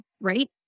right